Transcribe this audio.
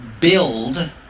build